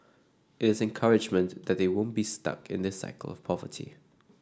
is the encouragement that they won't be stuck in this cycle of poverty